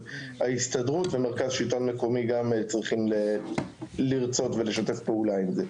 ההסתדרות ומרכז שלטון מקומי גם צריכים לרצות ולשתף פעולה עם זה,